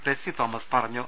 ടെസ്സി തോമസ് പറഞ്ഞു